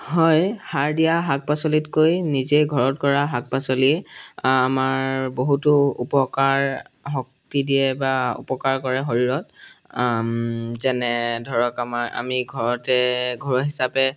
হয় সাৰ দিয়া শাক পাচলিতকৈ নিজে ঘৰত কৰা শাক পাচলিয়ে আমাৰ বহুতো উপকাৰ শক্তি দিয়ে বা উপকাৰ কৰে শৰীৰত যেনে ধৰক আমাৰ আমি ঘৰতে ঘৰুৱা হিচাপে